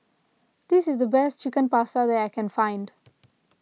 this is the best Chicken Pasta that I can find